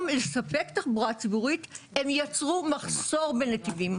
לספק תחבורה ציבורית הם יצרו מחסור בנתיבים.